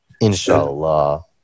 Inshallah